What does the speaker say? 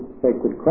sacred